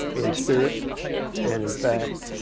in spirit and in fact,